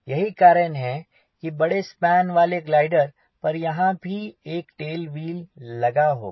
यही कारण है कि बड़े स्पान वाले ग्लाइडर पर यहाँ भी एक टेल व्हील लगा होगा